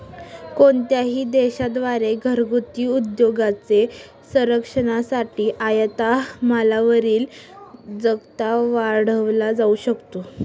कोणत्याही देशा द्वारे घरगुती उद्योगांच्या संरक्षणासाठी आयात मालावरील जकात वाढवला जाऊ शकतो